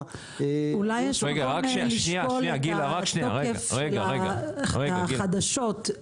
--- אולי מקום לשקול את התוקף של החדשות,